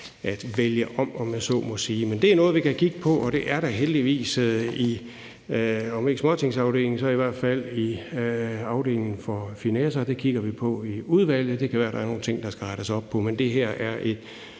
at vælge om, om man så må sige. Men det er noget, vi kan kigge på, og det er da heldigvis i om ikke småtingsafdelingen, så i hvert fald afdelingen for finesser, og det kigger vi på i udvalget. Det kan være, der er nogle ting, der skal rettes op på. Men det her er et